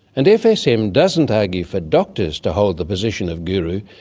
and fsm doesn't argue for doctors to hold the position of guru,